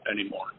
anymore